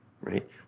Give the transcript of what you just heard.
right